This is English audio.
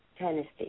Tennessee